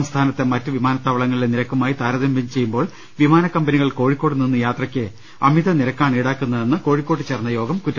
സംസ്ഥാനത്തെ മറ്റ് വിമാനത്താവളത്തിലെ നിരക്കുമായി താരതമ്യം ചെയ്യുമ്പോൾ വിമാന കമ്പനികൾ കോഴിക്കോട് നിന്ന് യാത്രയ്ക്ക് അമിത നിരക്കാണ് ഈടാക്കുന്നതെന്ന് കോഴിക്കോട്ട് ചേർന്ന യോഗം കുറ്റപ്പെടുത്തി